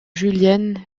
julienne